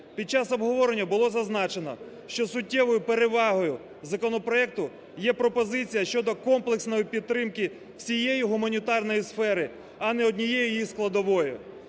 Під час обговорення було зазначено, що суттєвою перевагою законопроекту є пропозиція щодо комплексної підтримки всієї гуманітарної сфери, а не однієї її складової.